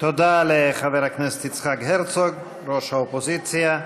תודה לחבר הכנסת יצחק הרצוג, ראש האופוזיציה.